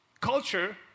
culture